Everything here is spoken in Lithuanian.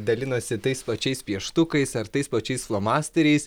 dalinosi tais pačiais pieštukais ar tais pačiais flomasteriais